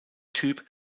typ